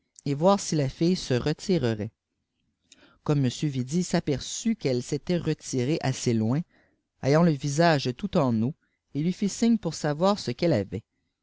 et voir si la fihe se retirerait comme m vidi s'aperçut elle s'était retirée assez loin ayant le visage tout en eau il lui fit signe pour savoir ce qu'elle avait